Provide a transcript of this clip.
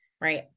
right